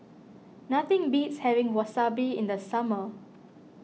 nothing beats having Wasabi in the summer